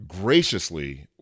Graciously